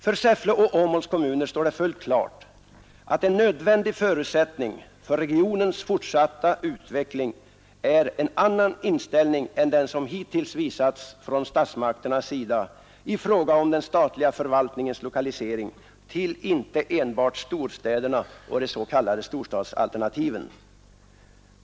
För Säffle och Åmåls kommuner står det fullt klart, att en nödvändig förutsättning för regionens fortsatta utveckling är en annan inställning än den som hittills visats från statsmakternas sida i fråga om den statliga förvaltningens lokalisering till inte enbart storstäderna och de s.k. storstadsalternativen.